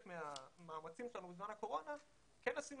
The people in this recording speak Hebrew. מהמאמצים שלנו בזמן הקורונה כן עשינו